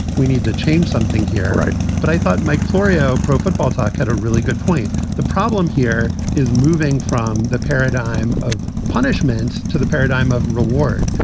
we need to change something here. right. but i thought mike florio, pro football talk had a really good point. the problem here is moving from the paradigm of punishment to the paradigm of reward.